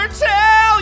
tell